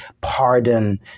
pardon